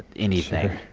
anything?